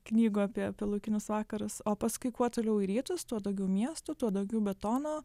knygų apie apie laukinius vakarus o paskui kuo toliau į rytus tuo daugiau miestų tuo daugiau betono